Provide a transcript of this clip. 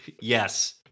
Yes